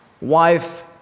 wife